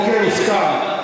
אוקיי, הוסכם.